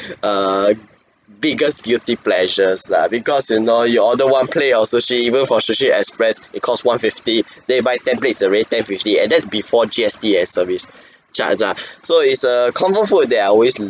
err biggest guilty pleasures lah because you know you order one plate of sushi even for Sushi Express it cost one fifty then you buy ten plates is already ten fifty and that's before G_S_T and service charge ah so it's err comfort food that I always